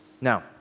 Now